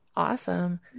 Awesome